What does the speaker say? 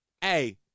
Hey